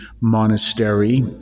monastery